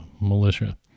militia